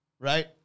Right